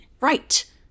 right